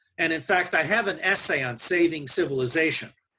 and, in fact i have an essay on saving civilization.